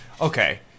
Okay